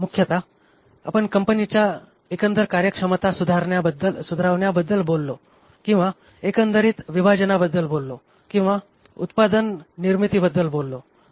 मुख्यतः आपण कंपनीचा एकंदर कार्यक्षमता सुधारावन्याबद्दल बोललो किंवा एकंदरीत विभाजानाबद्दल बोललो किंवा उत्पादन निर्मितीबद्दल बोललो